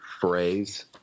phrase